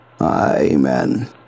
Amen